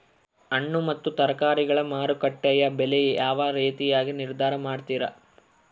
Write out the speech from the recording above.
ಹಣ್ಣು ಮತ್ತು ತರಕಾರಿಗಳ ಮಾರುಕಟ್ಟೆಯ ಬೆಲೆ ಯಾವ ರೇತಿಯಾಗಿ ನಿರ್ಧಾರ ಮಾಡ್ತಿರಾ?